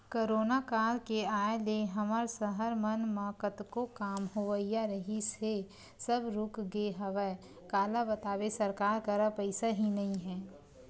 corona काल के आय ले हमर सहर मन म कतको काम होवइया रिहिस हे सब रुकगे हवय काला बताबे सरकार करा पइसा ही नइ ह